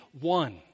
one